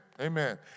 Amen